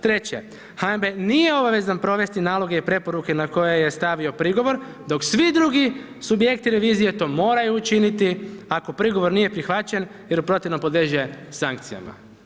Treće, HNB nije obavezan provesti naloge i preporuke na koje je stavio prigovor, dok svi drugi subjekti revizije to moraju učiniti ako prigovor nije prihvaćen jer u protivnom podliježe sankcijama.